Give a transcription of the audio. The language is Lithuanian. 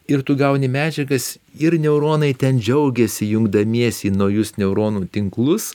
ir tu gauni medžiagas ir neuronai ten džiaugiasi jungdamiesi į naujus neuronų tinklus